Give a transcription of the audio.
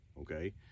Okay